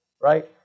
right